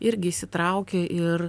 irgi įsitraukia ir